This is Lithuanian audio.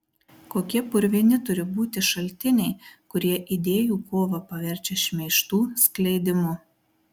kokie purvini turi būti šaltiniai kurie idėjų kovą paverčia šmeižtų skleidimu